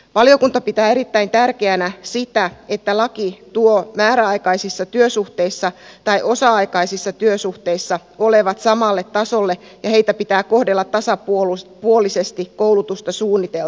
valiokunta pitää erittäin tärkeänä sitä että laki tuo määräaikaisissa tai osa aikaisissa työsuhteissa olevat samalle tasolle ja heitä pitää kohdella tasapuolisesti koulutusta suunniteltaessa